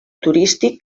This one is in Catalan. turístic